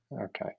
Okay